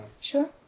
Sure